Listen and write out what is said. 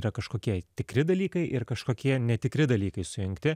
yra kažkokie tikri dalykai ir kažkokie netikri dalykai sujungti